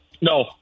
No